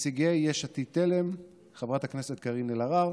נציגי יש עתיד-תל"ם, חברת הכנסת קארין אלהרר,